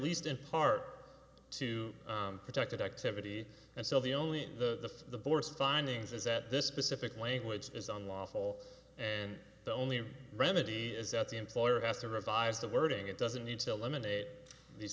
least in part to protected activity and so the only the board's findings is that this specific language is unlawful and the only remedy is that the employer has to revise the wording it doesn't need to eliminate these